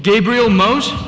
gabriel most